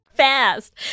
fast